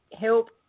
help